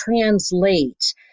translate